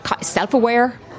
self-aware